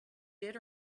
did